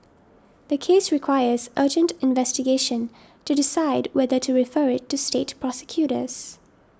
the case requires urgent investigation to decide whether to refer it to state prosecutors